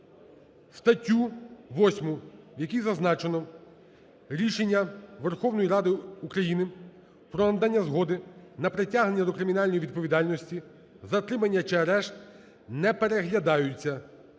статтю 8, в якій зазначено: "Рішення Верховної Ради про надання згоди на притягнення до кримінальної відповідальності, затримання чи арешт не переглядаються,